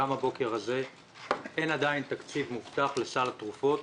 גם הבוקר הזה אין עדיין תקציב מובטח לסל התרופות,